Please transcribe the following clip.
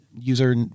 user